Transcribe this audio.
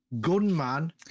Gunman